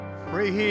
free